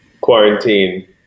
quarantine